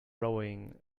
rowing